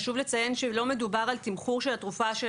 חשוב לציין שלא מדובר על תמחור של התרופה או